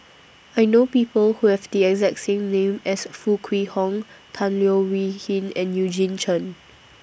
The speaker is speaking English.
I know People Who Have The exact same name as Foo Kwee Horng Tan Leo Wee Hin and Eugene Chen